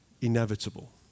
inevitable